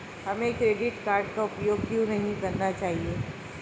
हमें credit card का उपयोग क्यों नहीं करना चाहिए?